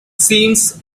seems